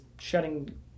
shutting